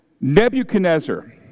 Nebuchadnezzar